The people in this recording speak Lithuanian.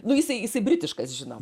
nu jisai jisai britiškas žinom